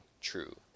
true